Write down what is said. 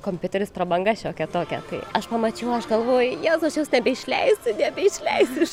kompiuteris prabanga šiokia tokia tai aš pamačiau aš galvoju jezau aš jos nebeišleis nebeišleisiu iš